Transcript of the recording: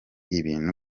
ibintu